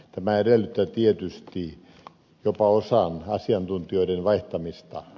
tämä edellyttää tietysti jopa osan asiantuntijoista vaihtamista